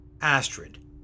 Astrid